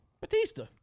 Batista